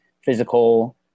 physical